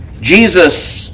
Jesus